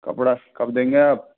कपड़ा कब देंगे आप